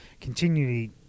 continually